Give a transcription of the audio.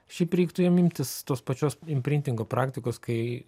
šiaip reiktų jiem imtis tos pačios imprintingo praktikos kai